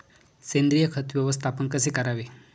सेंद्रिय खत व्यवस्थापन कसे करावे?